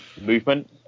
movement